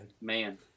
man